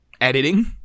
editing